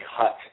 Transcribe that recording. cut